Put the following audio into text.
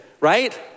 right